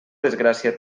desgràcia